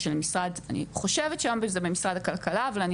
שהמשרד אני חושבת היום זה במשרד הכלכלה אבל אני